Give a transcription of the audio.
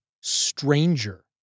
stranger